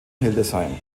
hildesheim